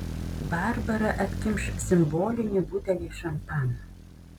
barbara atkimš simbolinį butelį šampano